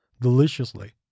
deliciously